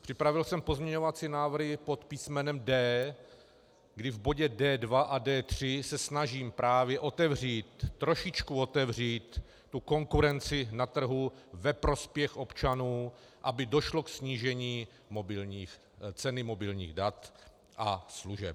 Připravil jsem pozměňovací návrhy pod písmenem D, kdy v bodě D2 a D3 se snažím právě otevřít, trošičku otevřít, tu konkurenci na trhu ve prospěch občanů, aby došlo ke snížení ceny mobilních dat a služeb.